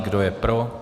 Kdo je pro?